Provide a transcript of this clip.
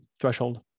threshold